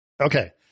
Okay